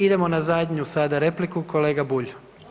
Idemo na zadnju sada repliku, kolega Bulj.